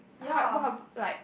hard what hap~ like